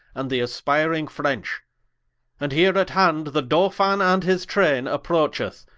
and the aspyring french and heere at hand, the dolphin and his traine approacheth,